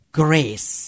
grace